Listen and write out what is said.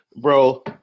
Bro